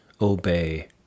obey